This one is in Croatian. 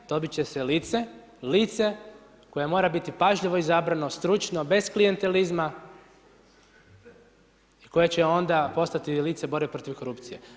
Dobiti će se lice koje mora biti pažljivo izabrano, stručno, bez klijentelizma i koje će onda postati lice borbe protiv korupcije.